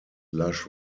lush